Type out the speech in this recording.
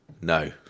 No